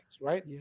right